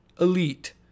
Elite